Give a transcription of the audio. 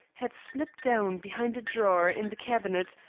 had slipped down behind a drawer in the cabinet,